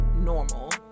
normal